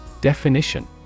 Definition